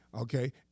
Okay